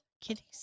Kitties